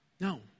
No